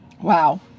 Wow